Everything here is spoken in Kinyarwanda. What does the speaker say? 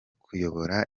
kuyobora